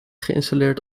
geïnstalleerd